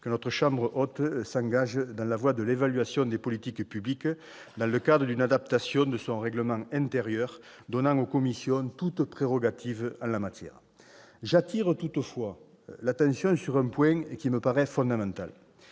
que la chambre haute s'engage sur la voie de l'évaluation des politiques publiques dans le cadre d'une adaptation de son règlement intérieur donnant aux commissions toutes prérogatives en la matière. Toutefois, je tiens à attirer l'attention sur un point qui me paraît fondamental